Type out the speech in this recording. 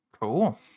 Cool